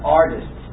artists